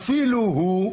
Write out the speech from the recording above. אפילו הוא.